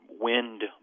wind